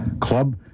Club